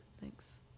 thanks